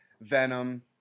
Venom